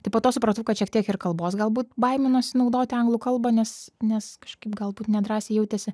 tai po to supratau kad šiek tiek ir kalbos galbūt baiminosi naudoti anglų kalba nes nes kažkaip galbūt nedrąsiai jautėsi